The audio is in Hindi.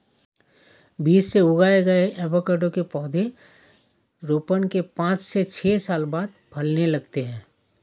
बीज से उगाए गए एवोकैडो के पौधे रोपण के पांच से छह साल बाद फलने लगते हैं